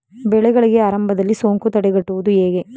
ಬೆಳೆಗಳಿಗೆ ಆರಂಭದಲ್ಲಿ ಸೋಂಕು ತಡೆಗಟ್ಟುವುದು ಹೇಗೆ?